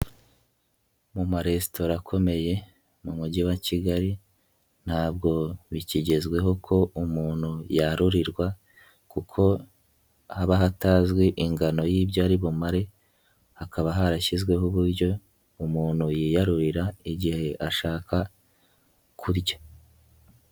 Mu maresitora akomeye mu mujyi wa Kigali ntabwo bikigezweho ko umuntu yarurirwa kuko haba hatazwi ingano y'ibyo aribumare hakaba harashyizweho uburyo umuntu yiyarurira igihe ashaka kurya.